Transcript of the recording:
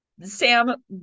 Sam